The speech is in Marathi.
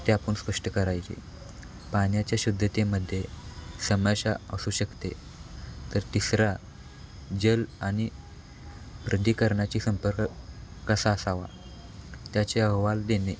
ते आपण स्पष्ट करायचे पाण्याच्या शुद्धतेमध्ये समस्या असू शकते तर तिसरा जल आणि वृद्धीकरणाशी संपर्क कसा असावा त्याचे अहवाल देणे